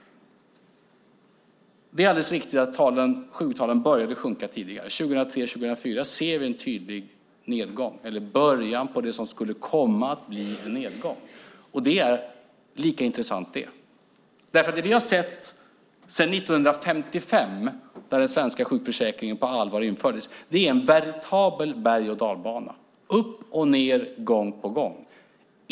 Det är alldeles riktigt att sjuktalen började sjunka tidigare; 2003-2004 ser vi början på det som skulle komma att bli en nedgång. Det är lika intressant det. Det vi har sett sedan 1955, när den svenska sjukförsäkringen på allvar infördes, är nämligen en veritabel bergochdalbana - upp och ned, gång på gång.